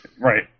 Right